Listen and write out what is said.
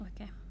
okay